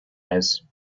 eyes